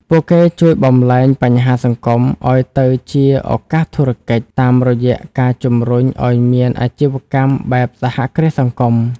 ពួកគេជួយបំប្លែង "បញ្ហាសង្គម" ឱ្យទៅជា "ឱកាសធុរកិច្ច" តាមរយៈការជម្រុញឱ្យមានអាជីវកម្មបែបសហគ្រាសសង្គម។